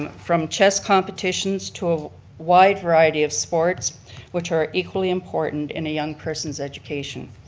um from chess competitions to a wide variety of sports which are equally important in a young person's education.